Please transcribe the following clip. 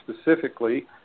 specifically